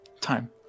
Time